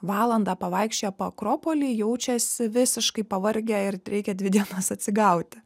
valandą pavaikščioję po akropolį jaučiasi visiškai pavargę ir reikia dvi dienas atsigauti